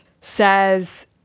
says